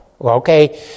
okay